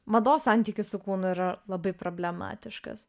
mados santykis su kūnu yra labai problematiškas